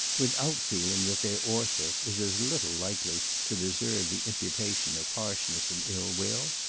without feeling that their author is as little likely to deserve the imputation of harshness and ill-will,